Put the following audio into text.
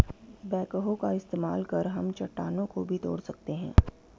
backhoe का इस्तेमाल कर हम चट्टानों को भी तोड़ सकते हैं